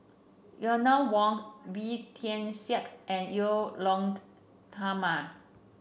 Eleanor Wong Tian Siak and Edwy Lyonet Talma